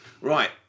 Right